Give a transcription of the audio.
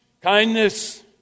Kindness